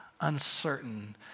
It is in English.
uncertain